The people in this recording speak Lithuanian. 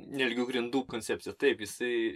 nelygių grindų koncepciją taip jisai